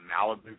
Malibu